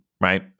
right